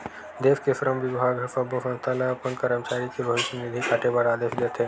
देस के श्रम बिभाग ह सब्बो संस्था ल अपन करमचारी के भविस्य निधि काटे बर आदेस देथे